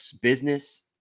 business